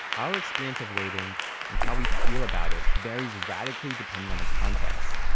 our experience of waiting and how we feel about it varies radically depending on the context.